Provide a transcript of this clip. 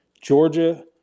Georgia –